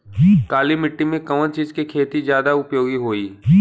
काली माटी में कवन चीज़ के खेती ज्यादा उपयोगी होयी?